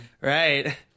right